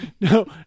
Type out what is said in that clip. No